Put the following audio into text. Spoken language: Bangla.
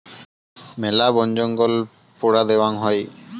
মেলা বনজঙ্গল পোড়া দ্যাওয়াং হই